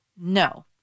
no